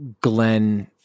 Glenn